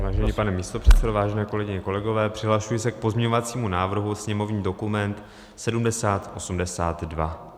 Vážený pane místopředsedo, vážené kolegyně, kolegové, přihlašuji se k pozměňovacímu návrhu sněmovní dokument 7082.